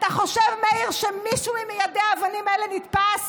אתה חושב, מאיר, שמישהו ממיידי האבנים האלה נתפס?